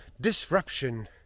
disruption